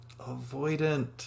avoidant